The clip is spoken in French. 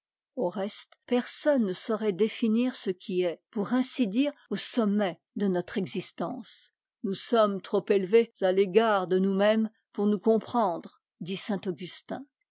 au reste personne ne saurait définir ce qui est pour ainsi dire au sommet de notre existence nous sommes trop élevés à l'égardde kom m ktm pour nous comprendre dit